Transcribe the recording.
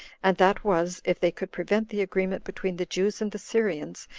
and that was, if they could prevent the agreement between the jews and the syrians,